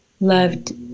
loved